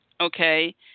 okay